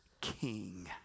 king